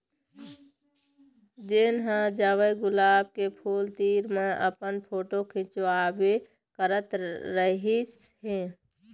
जेन ह जावय गुलाब के फूल तीर म अपन फोटू खिंचवाबे करत रहिस हे